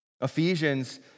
Ephesians